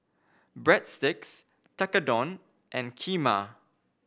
Breadsticks Tekkadon and Kheema